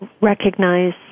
recognize